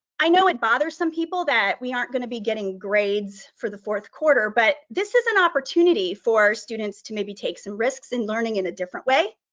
i know it bothers some people that we aren't going to be getting grades for the fourth quarter, but this is an opportunity for students to maybe take some risks in learning in a different way.